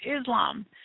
Islam